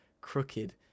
crooked